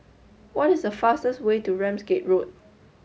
what is the fastest way to Ramsgate Road